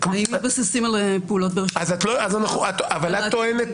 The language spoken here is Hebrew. להבנתי, את טוענת